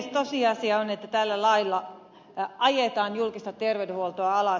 tosiasia on että tällä lailla ajetaan julkista terveydenhuoltoa alas